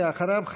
ואחריו,